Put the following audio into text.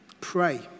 pray